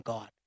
God